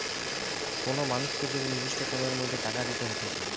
কোন মানুষকে যদি নির্দিষ্ট সময়ের মধ্যে টাকা দিতে হতিছে